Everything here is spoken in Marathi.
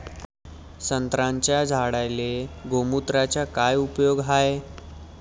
संत्र्याच्या झाडांले गोमूत्राचा काय उपयोग हाये?